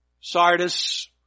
Sardis